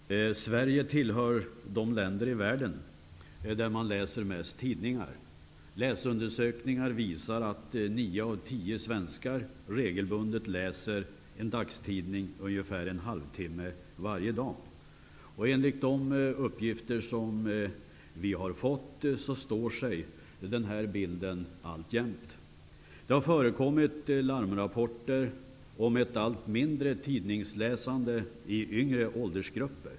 Herr talman! Sverige tillhör de länder i världen där man läser mest tidningar. Läsundersökningar visar att nio av tio svenskar regelbundet läser en dagstidning ungefär en halvtimme varje dag. Enligt de uppgifter som vi har fått står sig denna bild alltjämt. Det har förekommit larmrapporter om ett minskat tidningsläsande i yngre åldersgrupper.